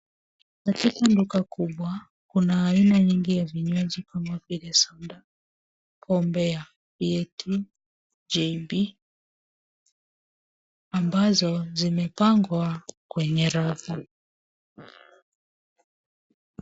Katika duka kubwa kuna aina nyingi ya vinywaji kama vile soda, pombe ya yetu, JB ambazo zimepangwa kwenye rafu.